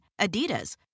Adidas